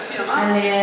אבל אתה תסכים עם מה שאני,